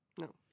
No